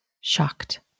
shocked